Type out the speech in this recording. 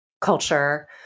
culture